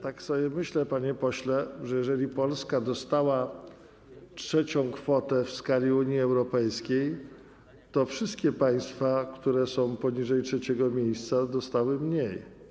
Tak sobie myślę, panie pośle, że jeżeli Polska jest na trzecim miejscu w Unii Europejskiej, to wszystkie państwa, które są poniżej trzeciego miejsca, dostały mniej.